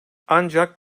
ancak